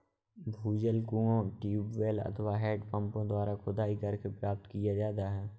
भूजल कुओं, ट्यूबवैल अथवा हैंडपम्पों द्वारा खुदाई करके प्राप्त किया जाता है